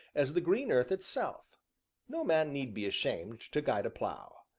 as the green earth itself no man need be ashamed to guide a plough.